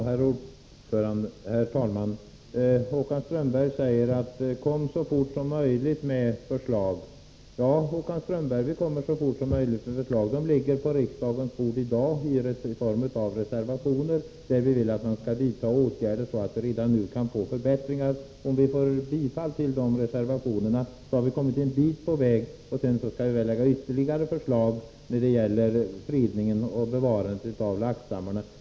Herr talman! Håkan Strömberg säger: Kom med förslag så fort som möjligt! Ja, Håkan Strömberg, på riksdagens bord ligger redan i dag förslag i form av reservationer. I dem säger vi att vi vill att man skall vidta åtgärder så att det blir förbättringar. Om vi får bifall till dessa reservationer har vi kommit en bit på väg. Sedan får vi lägga fram ytterligare förslag om fredningen och bevarandet av laxstammarna.